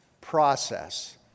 process